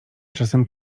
czasem